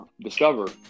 Discover